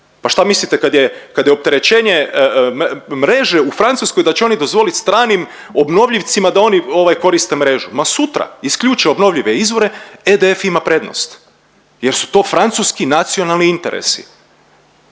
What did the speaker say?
Pa šta mislite kad je opterećenje mreže u Francuskoj da će oni dozvolit stranim obnovljivcima da oni koriste mrežu? Ma sutra, isključe obnovljive izvore EDF ima prednost jer su to francuski nacionalni interesi.